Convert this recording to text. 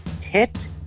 tit